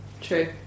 true